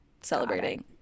celebrating